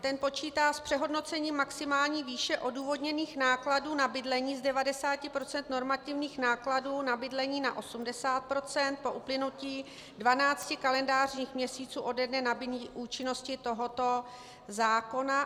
Ten počítá s přehodnocením maximální výše odůvodněných nákladů na bydlení z 90 % normativních nákladů na bydlení na 80 % po uplynutí 12 kalendářních měsíců ode dne nabytí účinnosti tohoto zákona.